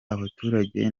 abaturage